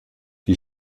die